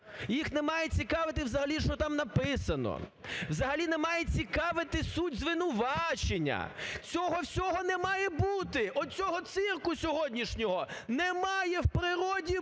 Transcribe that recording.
їх немає цікавити, взагалі, що там написано, взагалі, немає цікавити суть звинувачення, цього всього немає бути, от цього цирку сьогоднішнього немає в природі бути.